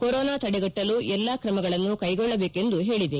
corona ತಡೆಗಟ್ಟಲು ಎಲ್ಲ ಕ್ರಮಗಳನ್ನು ಕೈಗೊಳ್ಳಬೇಕೆಂದು ಹೇಳಿದೆ